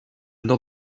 nord